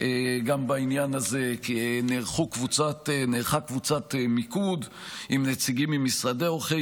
גם בעניין הזה ונערכה קבוצת מיקוד עם נציגים ממשרדי עורכי